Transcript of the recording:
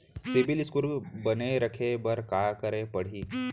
CIBIL score बने रखे बर का करे पड़ही?